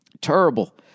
Terrible